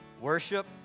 Worship